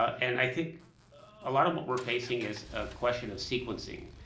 and i think a lot of what we're facing is a question of sequencing.